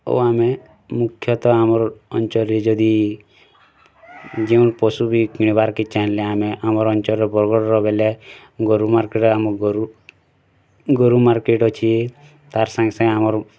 ଓ ଆମେ ମୁଖ୍ୟତଃ ଆମର ଅଞ୍ଚଲ୍ରେ ଯଦି ଯେଉଁ ପଶୁ ବି କିଣିବାର୍ କେ ଚାହିଁଲେ ଆମେ ଆମର୍ ଅଞ୍ଚଲ୍ ବରଗଡ଼୍ ବେଲେ ଗୋରୁ ମାର୍କେଟ୍ ଆମ ଗୋରୁ ଗୋରୁ ମାର୍କେଟ୍ ଅଛି ତାର୍ ସାଙ୍ଗେ ସାଙ୍ଗେ ଆମର୍